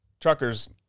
truckers